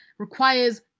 requires